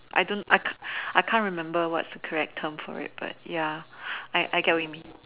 I don't I can I can't remember what is the correct term for it but ya I get what you mean